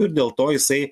ir dėl to jisai